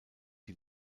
die